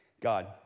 God